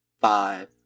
five